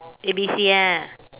A B C ah